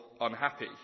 unhappy